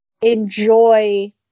enjoy